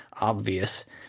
obvious